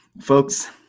Folks